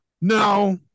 no